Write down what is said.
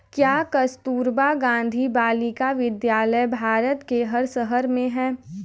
क्या कस्तूरबा गांधी बालिका विद्यालय भारत के हर शहर में है?